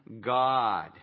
god